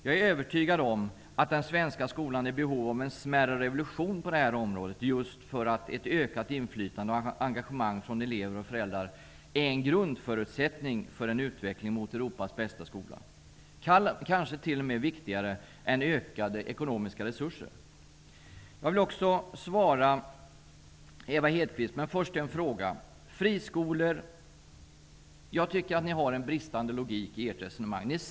Jag är övertygad om att den svenska skolan är i behov av en smärre revolution på det här området, just därför att ett ökat inflytande och engagemang från elever och föräldrar är en grundförutsättning för en utveckling mot Europas bästa skola -- kanske t.o.m. viktigare än ökade ekonomiska reurser! Jag har en fråga till Ewa Hedkvist Petersen. Jag tycker att ni har en bristande logik i ert resonemang om friskolor.